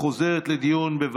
17 איש, נגד, אפס.